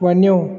वञो